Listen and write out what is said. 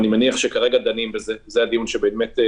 אני מניח שכרגע דנים בזה, זה הדיון שעורכים,